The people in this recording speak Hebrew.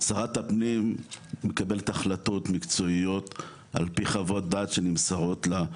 שרת הפנים מקבלת החלטות מקצועיות על פי חוות דעת שנמסרות לה,